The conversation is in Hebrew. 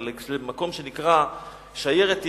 למקום שנקרא "שיירת יחיעם".